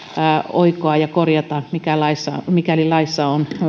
oikoa ja korjata mikäli laissa mikäli laissa on